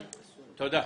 תודה.